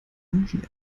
arrangiert